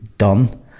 done